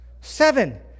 Seven